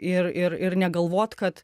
ir ir ir negalvot kad